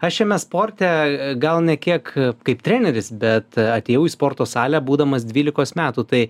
aš šiame sporte gal ne tiek kaip treneris bet atėjau į sporto salę būdamas dvylikos metų tai